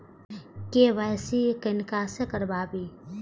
KYC किनका से कराबी?